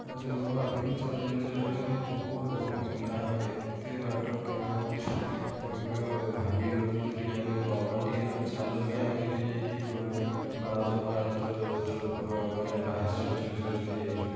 ସେଦିନ ଭାବିଲୁ ଚଢ଼ି ଚଢ଼ି ଚଢ଼ି ଚଢ଼ି ଯେଉଁ ଗୋଡ଼ ବିନ୍ଧା ଆମେ ଏତେ ବାଟ କେବେ ଆମେ ଆମେ କେବେ ଭାବି ବି ନଥିଲୁ ଯୋଉଠି କି ଆମେ ନର୍ମାଲ୍ ଟିକେ ନାକୁ ଚାଲୁନି ଆମେ ସେଠି ଯାଇକି ବାରଶହ ପାହାଡ଼ ମାନେ ପାହାଚ ଚଢ଼ି ଚଢ଼ି ଚଢ଼ି ଚଢ଼ି ଯାଇଛୁ